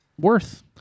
worth